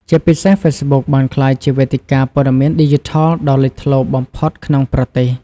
ជាពិសេស Facebook បានក្លាយជាវេទិកាព័ត៌មានឌីជីថលដ៏លេចធ្លោបំផុតក្នុងប្រទេស។